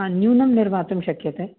हा न्यूनं निर्मातुं शक्यते